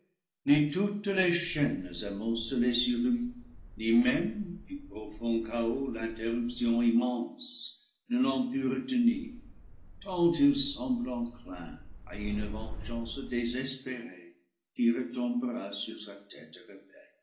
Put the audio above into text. toutes les chaînes amoncelées sur lui ni même du profond chaos l'interruption immense ne l'ont pu retenir tant il semble enclin à une vengeance désespérée qui retombera sur sa tête